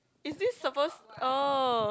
is this suppose oh